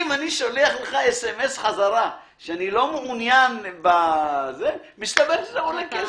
שולח אס-אם-אס חזרה שאני לא מעונין, זה עולה כסף.